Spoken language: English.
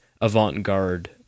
avant-garde